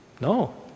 No